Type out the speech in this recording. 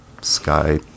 sky